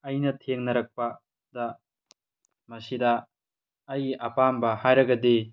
ꯑꯩꯅ ꯊꯦꯡꯅꯔꯛꯄꯗ ꯃꯁꯤꯗ ꯑꯩꯒꯤ ꯑꯄꯥꯝꯕ ꯍꯥꯏꯔꯒꯗꯤ